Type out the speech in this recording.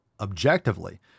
objectively